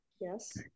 yes